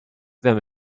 them